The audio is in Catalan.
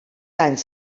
anys